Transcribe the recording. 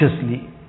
consciously